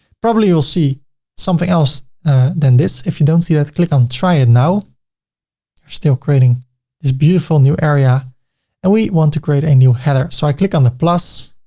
probably, you'll see something else than this. if you don't see that, click on, try it now. they're still creating this beautiful new area and we want to create a new header. so i click on the plus.